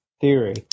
Theory